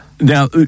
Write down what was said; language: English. Now